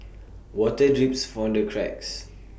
water drips from the cracks